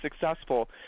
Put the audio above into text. successful